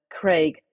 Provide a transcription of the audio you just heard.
Craig